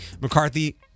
McCarthy